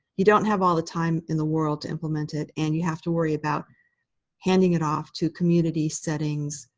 you don't have all the time in the world to implement it. and you have to worry about handing it off to community settings,